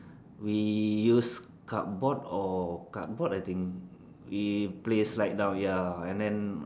we use cardboard or cardboard I think we play slide down ya and then